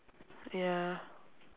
ya